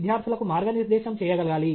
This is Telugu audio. విద్యార్థులకు మార్గనిర్దేశం చేయగలగాలి